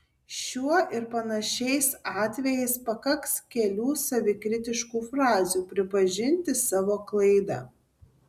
šiuo ir panašiais atvejais pakaks kelių savikritiškų frazių pripažinti savo klaidą